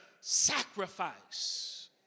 sacrifice